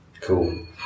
Cool